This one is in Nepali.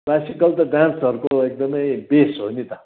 क्लासिकल त डान्सहरको एकदमै बेस हो नि त